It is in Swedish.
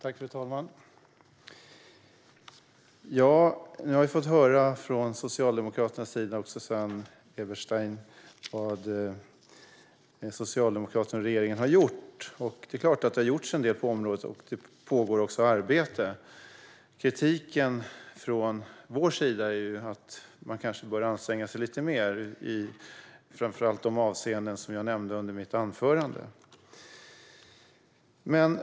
Fru talman! Nu har vi fått höra från Socialdemokraterna och Susanne Eberstein vad Socialdemokraterna och regeringen har gjort. Det är klart att det har gjorts en del på området. Det pågår också arbete. Kritiken från vår sida går ut på att man kanske bör anstränga sig lite mer, framför allt i de avseenden som jag nämnde i mitt huvudanförande.